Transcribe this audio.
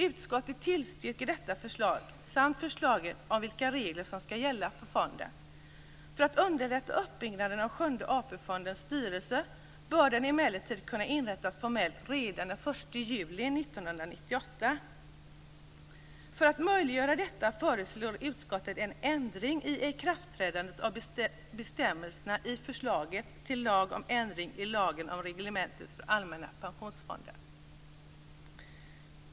Utskottet tillstyrker detta förslag samt förslaget om vilka regler som skall gälla för fonden. För att underlätta uppbyggnaden av Sjunde AP-fondens styrelse bör den emellertid kunna inrättas formellt redan den 1 För att möjliggöra detta föreslår utskottet en ändring i ikraftträdandet av bestämmelserna i förslaget till lag om ändring i lagen om reglemente för Allmänna pensionsfonden.